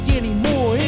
anymore